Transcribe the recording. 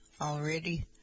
already